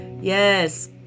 Yes